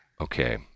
Okay